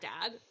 dad